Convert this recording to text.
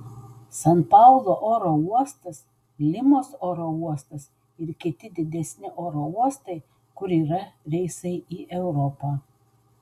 san paulo oro uostas limos oro uostas kiti didesni oro uostai kur yra reisai į europą